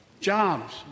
jobs